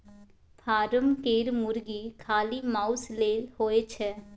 form केर मुरगी खाली माउस लेल होए छै